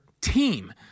team